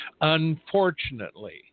Unfortunately